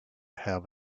have